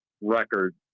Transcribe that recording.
record